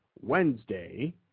Wednesday